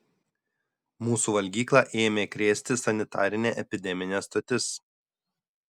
mūsų valgyklą ėmė krėsti sanitarinė epideminė stotis